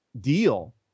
deal